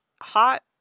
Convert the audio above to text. hot